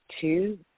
Two